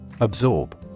Absorb